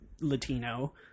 Latino